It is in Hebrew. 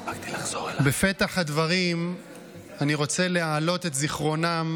בפתח הדברים אני רוצה להעלות את זיכרונם